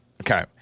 Okay